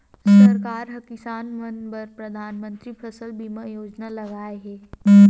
सरकार ह किसान मन बर परधानमंतरी फसल बीमा योजना लाए हे